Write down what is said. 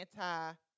anti